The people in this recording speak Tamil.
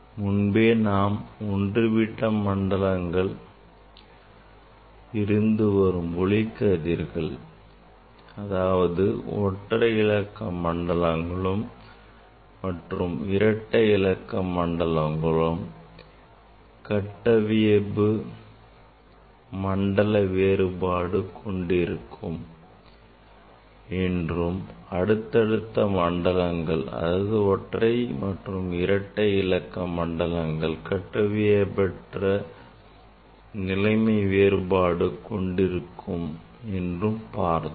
முன்பே நாம் ஒன்றுவிட்ட மண்டலங்கள் இருந்து வரும் ஒளிக்கதிர்கள் அதாவது ஒற்றை இலக்க மண்டலங்களும் மற்றும் இரட்டை இலக்க மண்டலங்களும் கட்டவியைபு நிலைமை வேறுபாடு கொண்டு இருக்கும் என்றும் அடுத்தடுத்த மண்டலங்கள் அதாவது ஒற்றை மற்றும் இரட்டை இலக்க மண்டலங்கள் கட்டவியைபற்ற நிலைமை வேறுபாடு கொண்டு இருக்கும் என்றும் பார்த்தோம்